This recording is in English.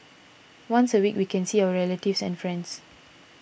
once a week we can see our relatives and friends